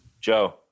Joe